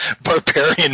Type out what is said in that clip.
barbarian